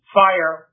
fire